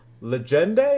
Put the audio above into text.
Legende